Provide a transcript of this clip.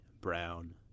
Brown